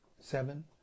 seven